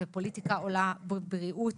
ופוליטיקה עולה בבריאות,